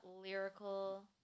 lyrical